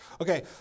Okay